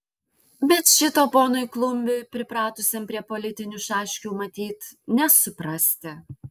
bet šito ponui klumbiui pripratusiam prie politinių šaškių matyt nesuprasti